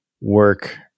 work